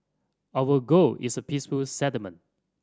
our goal is a peaceful settlement